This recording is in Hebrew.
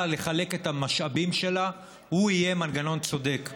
לחלק את המשאבים שלה הוא יהיה מנגנון צודק.